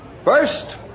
First